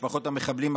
משפחות המחבלים,